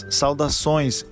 saudações